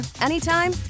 anytime